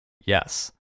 yes